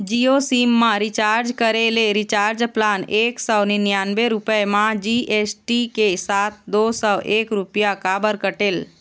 Jio SIM मा recharge करे ले रिचार्ज प्लान एक सौ निन्यानबे रुपए मा जी.एस.टी के साथ दो सौ एक रुपया काबर कटेल?